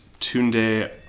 Tunde